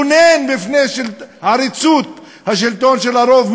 רוצה להתגונן מפני עריצות השלטון של הרוב,